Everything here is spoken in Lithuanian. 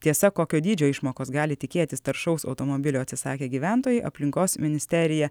tiesa kokio dydžio išmokos gali tikėtis taršaus automobilio atsisakę gyventojai aplinkos ministerija